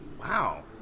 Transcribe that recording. Wow